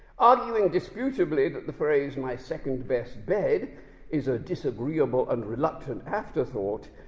arguing, disputably, that the phrase my second-best bed is a disagreeable and reluctant afterthought,